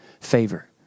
favor